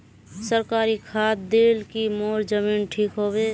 सरकारी खाद दिल की मोर जमीन ठीक होबे?